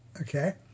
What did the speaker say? Okay